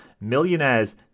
millionaires